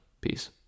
Peace